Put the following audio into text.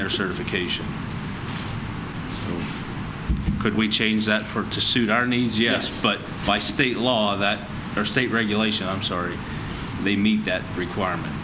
their serve occasion could we change that for to suit our needs yes but by state laws that are state regulation i'm sorry they meet that requirement